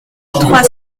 trois